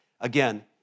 again